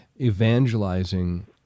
evangelizing